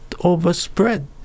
overspread